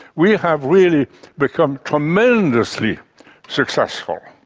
we have really become tremendously successful.